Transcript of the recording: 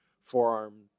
forearm